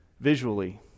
visually